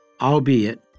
albeit